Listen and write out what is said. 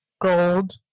Gold